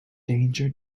danger